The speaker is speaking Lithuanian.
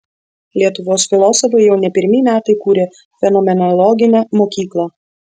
lietuvos filosofai jau ne pirmi metai kuria fenomenologinę mokyklą